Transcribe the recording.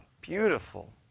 beautiful